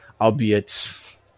albeit